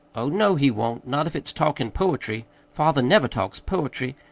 oh, no, he won't not if it's talking poetry. father never talks poetry.